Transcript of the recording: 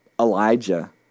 Elijah